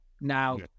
Now